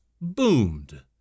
boomed